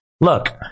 Look